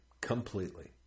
Completely